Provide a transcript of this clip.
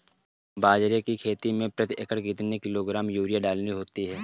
बाजरे की खेती में प्रति एकड़ कितने किलोग्राम यूरिया डालनी होती है?